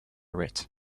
writ